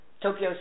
Tokyo